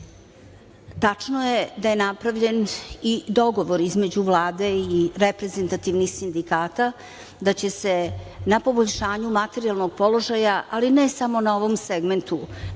je da je napravljen dogovor između Vlade i reprezentativnih sindikata, da će se na poboljšanje materijalnog položaj, ali ne samo na ovom segmentu,